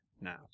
now